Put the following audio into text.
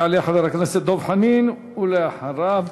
יעלה חבר הכנסת דב חנין, ולאחריו